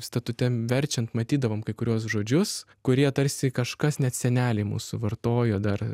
statute verčiant matydavom kai kuriuos žodžius kurie tarsi kažkas net seneliai mūsų vartojo dar